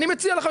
אני מציע לך,